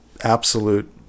absolute